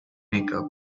makeup